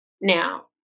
now